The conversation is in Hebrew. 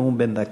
לנאום בן דקה.